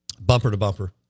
bumper-to-bumper